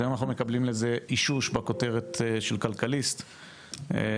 אז היום אנחנו מקבלים לזה אישוש בכותרת של כלכליסט של